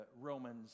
Romans